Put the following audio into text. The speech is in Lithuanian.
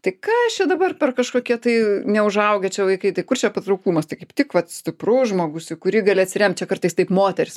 tai kas čia dabar per kažkokie tai neužaugę čia vaikai tai kur čia patrauklumas tai kaip tik vat stiprus žmogus į kurį gali atsiremt čia kartais taip moterys